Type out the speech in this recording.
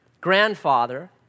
grandfather